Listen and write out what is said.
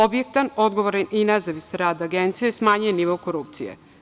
Objektivan, odgovoran i nezavistan rad Agencije smanjuje nivo korupcije.